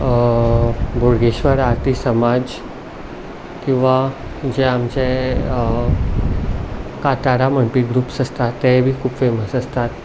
बोडगेश्र्वर आरती समाज किंवां जे आमचे कांतारा म्हणपी ग्रुप्स आसतात तेय बी खूब फॅमस आसतात